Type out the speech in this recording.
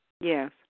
Yes